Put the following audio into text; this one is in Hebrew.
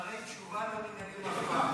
שערי תשובה לא ננעלים אף פעם.